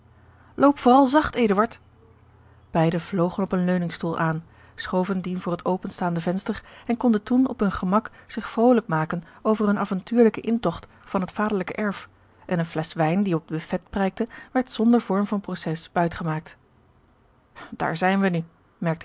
loop vooral zacht eduard beide vlogen op een leuningstoel aan schoven dien voor het openstaande venster en konden toen op hun gemak zich vrolijk maken over hun avontuurlijken intogt van het vaderlijk erf en eene flesch wijn die op het buffet prijkte werd zonder vorm van proces buit gemaakt daar zijn wij nu merkte